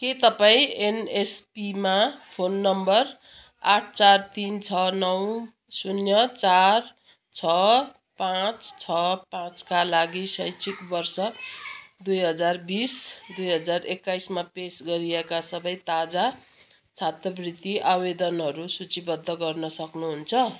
के तपाईँ एनएसपीमा फोन नम्बर आठ चार तिन छ नौ शून्य चार छ पाँच छ पाँचका लागि शैक्षिक वर्ष दुई हजार बिस दुई हजार एक्काइसमा पेस गरिएका सबै ताजा छात्रवृति आवेदनहरू सूचीबद्ध गर्न सक्नुहुन्छ